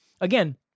again